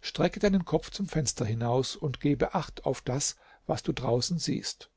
strecke deinen kopf zum fenster hinaus und gebe acht auf das was du draußen siehst